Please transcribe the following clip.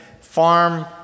farm